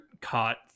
Caught